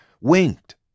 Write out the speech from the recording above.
winked